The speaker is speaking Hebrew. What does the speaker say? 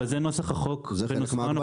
אבל זה נוסח החוק היום,